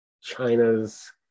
China's